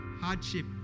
hardship